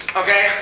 okay